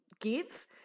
give